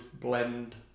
blend